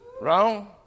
Wrong